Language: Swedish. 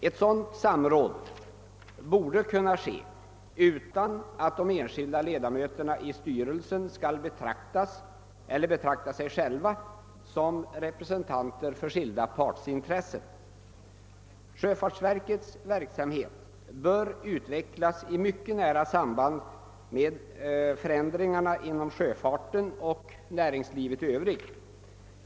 Ett samråd bör kunna ske utan att de enskilda ledamöterna i styrelsen skall betraktas eller betrakta sig själva som representanter för skilda partsintressen. Sjöfartsverkets verksamhet bör utvecklas i mycket nära samband med förändringarna inom sjöfarten och näringslivet i övrigt.